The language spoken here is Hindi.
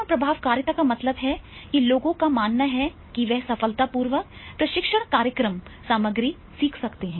आत्म प्रभावकारिता का मतलब है कि लोगों का मानना है कि वे सफलतापूर्वक प्रशिक्षण कार्यक्रम सामग्री सीख सकते हैं